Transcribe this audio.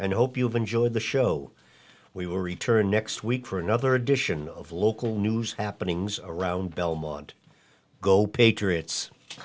and hope you've enjoyed the show we were returning next week for another edition of local news happenings around belmont go patriots